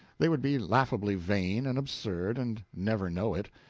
they would be laughably vain and absurd and never know it,